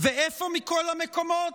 איפה מכל המקומות?